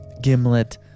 Gimlet